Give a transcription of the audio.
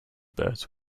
birds